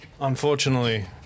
unfortunately